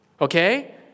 okay